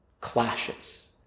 Clashes